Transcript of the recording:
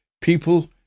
People